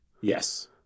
Yes